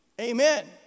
Amen